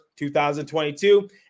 2022